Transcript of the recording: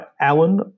Alan